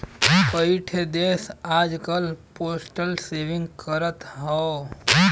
कई ठे देस आजकल पोस्टल सेविंग करत हौ